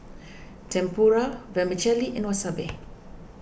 Tempura Vermicelli and Wasabi